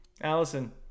allison